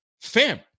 Fam